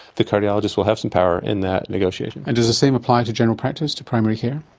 the cardiologist will have some power in that negotiation. and does the same apply to general practice, to primary care?